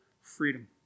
freedom